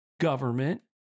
government